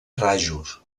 rajos